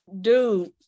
dude